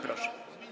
Proszę.